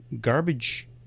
garbage